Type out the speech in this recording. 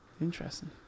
Interesting